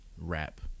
rap